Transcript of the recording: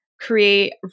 create